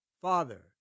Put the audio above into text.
Father